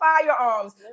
firearms